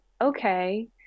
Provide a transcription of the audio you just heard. okay